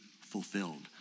fulfilled